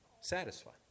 satisfied